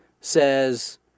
says